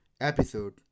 episode